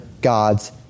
God's